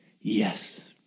yes